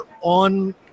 on